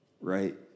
right